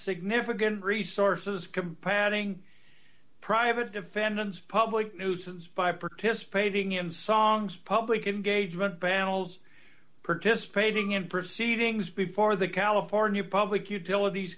significant resources compadre private defendants public nuisance by participating in songs public engagement battles participating in proceedings before the california public utilities